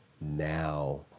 Now